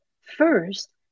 First